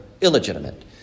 illegitimate